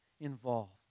involved